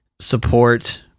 support